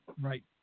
Right